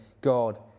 God